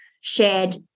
shared